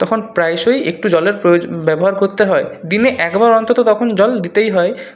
তখন প্রায়শই একটু জলের প্রয়োজ ব্যবহার করতে হয় দিনে একবার অন্তত তখন জল দিতেই হয়